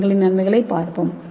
என் களின் நன்மைகளைப் பார்ப்போம்